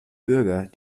bürger